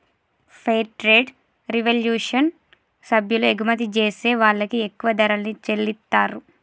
fair trade revolution సభ్యులు ఎగుమతి జేసే వాళ్ళకి ఎక్కువ ధరల్ని చెల్లిత్తారు